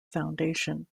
foundation